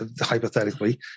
hypothetically